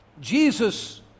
Jesus